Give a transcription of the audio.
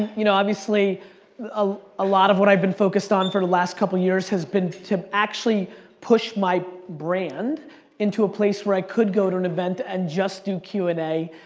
you know, obviously ah a lot of what i've been focused on for the last couple years has been to actually push my brand into a place where i could go to an event and just do q and a.